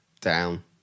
Down